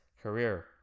career